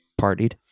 partied